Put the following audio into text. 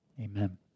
Amen